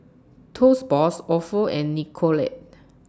Toast Box Ofo and Nicorette